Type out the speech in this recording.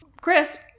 chris